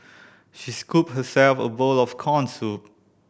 she scooped herself a bowl of corn soup